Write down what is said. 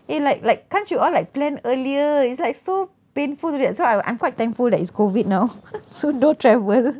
eh like like can't you all like plan earlier is like so painful so I I'm quite thankful that it's COVID now so no travel